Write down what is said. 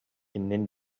иннин